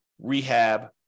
rehab